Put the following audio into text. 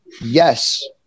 yes